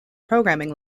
programming